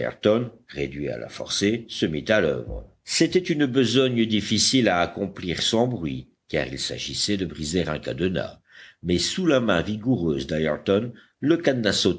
réduit à la forcer se mit à l'oeuvre c'était une besogne difficile à accomplir sans bruit car il s'agissait de briser un cadenas mais sous la main vigoureuse d'ayrton le